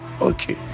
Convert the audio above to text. okay